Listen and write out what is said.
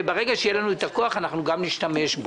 וברגע שיהיה לנו את הכוח אנחנו גם נשתמש בו.